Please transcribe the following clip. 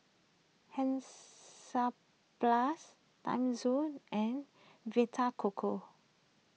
Hansaplast Timezone and Vita Coco